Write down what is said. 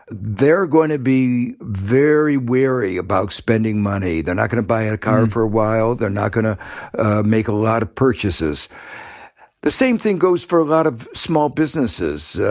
they're going to be very wary about spending money, they're not going to buy a car and for a while, they're not going to make a lot of purchases the same thing goes for a lot of small businesses.